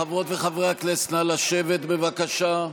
חברות וחברי הכנסת, נא לשבת, בבקשה.